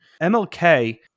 MLK